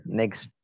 next